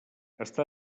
està